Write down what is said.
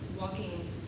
walking